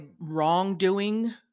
wrongdoing